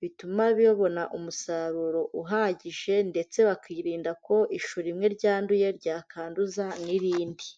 bituma babona umusaruro uhagije ndetse bakirinda ko ishuri rimwe ryanduye ryakanduza n'irindi.